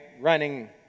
running